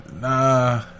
nah